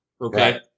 Okay